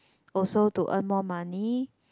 also to earn more money